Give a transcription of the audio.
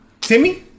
Timmy